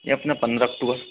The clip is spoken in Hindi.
ये अपना पंद्रह अक्टूबर